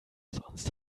sonst